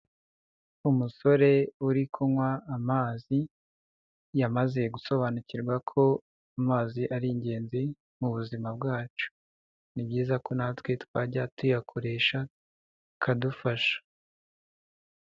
Umusore uri kunywa amazi yamaze gusobanukirwa ko amazi ari ingenzi mu buzima bwacu, ni byiza ko natwe twajya tuyakoresha bikadufasha.